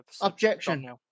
Objection